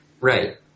Right